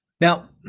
Now